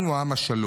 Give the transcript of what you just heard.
אנו עם השלום,